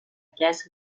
chiesa